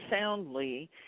soundly